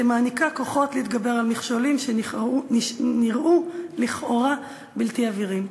שמעניקה כוחות להתגבר על מכשולים שנראו לכאורה בלתי עבירים.